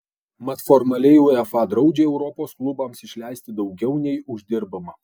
mat formaliai uefa draudžia europos klubams išleisti daugiau nei uždirbama